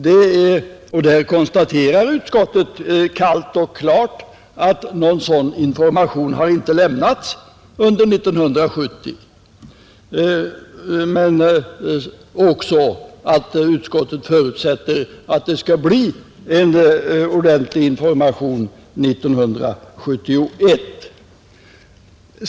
Utskottet konstaterar kallt och klart att någon sådan information inte lämnats under 1970 samt säger att utskottet förutsätter att det skall bli en ordentlig information 1971.